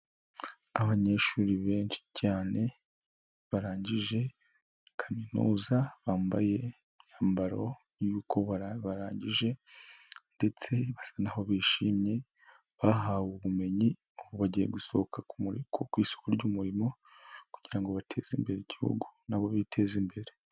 Abanyeshuri benshi cyane barangije kaminuza bambaye imyambaro y'uko barangije ndetse basa n'aho bishimye bahawe ubumenyi, bagiye gusohoka ku isoko ry'umurimo kugira ngo bateze imbere igihugu na bo biteze imbere.